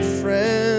friend